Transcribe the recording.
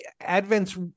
Advent's